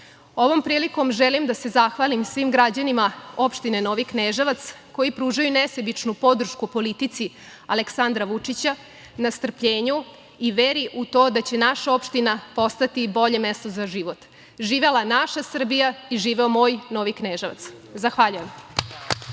prilikom želim da se zahvalim svim građanima opštine Novi Kneževac koji pružaju nesebičnu podršku politici Aleksandra Vučića na strpljenju i veri u to da će naša opština postati bolje mesto za život. Živela naša Srbija! Živeo moj Novi Kneževac! Zahvaljujem.